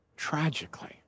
tragically